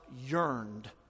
yearned